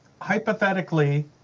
hypothetically